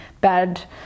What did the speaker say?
bad